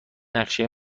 نقشه